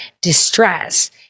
distress